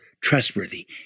trustworthy